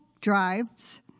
drives